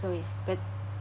so is bet~